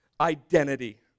identity